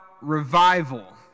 revival